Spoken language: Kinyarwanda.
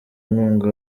inkunga